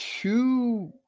two